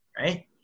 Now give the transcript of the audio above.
Right